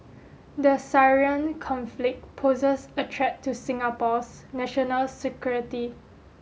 the Syrian conflict poses a threat to Singapore's national security